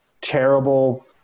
terrible